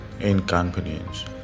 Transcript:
inconvenience